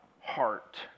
heart